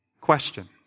Question